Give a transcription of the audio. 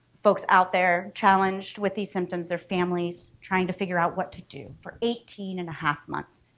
folks out there challenged with these symptoms their families trying to figure out what to do for eighteen and a half months.